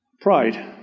Pride